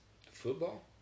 Football